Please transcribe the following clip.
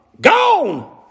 Gone